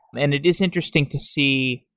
and it is interesting to see,